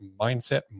mindset